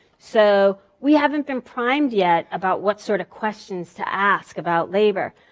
so we haven't been primed yet about what sort of questions to ask about labor.